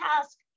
task